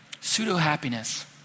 Pseudo-happiness